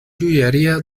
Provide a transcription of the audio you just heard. joieria